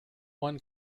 one